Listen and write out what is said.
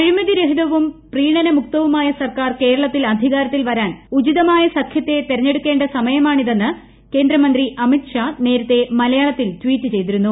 അഴിമതി രഹിതവും പ്രീണന മുക്തവുമായ സർക്കാർ കേരളത്തിൽ അധികാരത്തിൽ വരാൻ ഉചിതമായ സഖ്യത്തെ തെരഞ്ഞെടുക്കേണ്ട സമയമാണിതെന്ന് കേന്ദ്രമന്ത്രി അമിത്ഷാ നേരത്തെ മലയാളത്തിൽ ട്വീറ്റ് ചെയ്തിരുന്നു